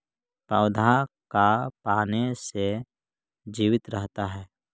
पौधा का पाने से जीवित रहता है?